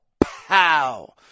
pow